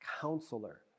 counselor